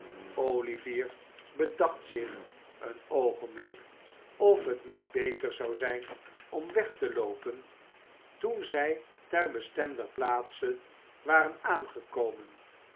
olivier bedacht zich een oogenblik of het niet beter zou zijn om weg te loopen toen zij ter bestemder plaatse waren aangekomen